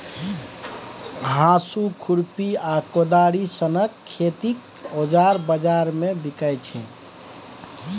हाँसु, खुरपी आ कोदारि सनक खेतीक औजार बजार मे बिकाइ छै